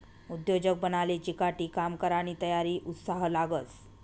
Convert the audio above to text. उद्योजक बनाले चिकाटी, काम करानी तयारी, उत्साह लागस